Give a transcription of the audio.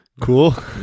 Cool